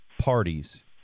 parties